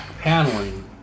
paneling